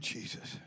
Jesus